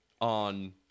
on